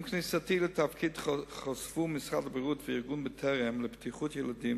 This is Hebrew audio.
עם כניסתי לתפקיד חשפו משרד הבריאות וארגון "בטרם" לבטיחות ילדים